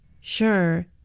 Sure